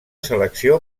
selecció